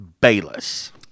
Bayless